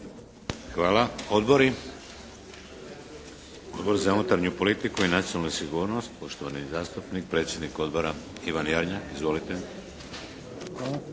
Hvala. Odbori. Odbor za unutarnju politiku i nacionalnu sigurnost, poštovani zastupnik predsjednik Odbora Ivan Jarnjak. Izvolite.